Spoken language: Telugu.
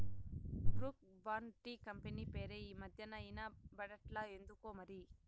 బ్రూక్ బాండ్ టీ కంపెనీ పేరే ఈ మధ్యనా ఇన బడట్లా ఎందుకోమరి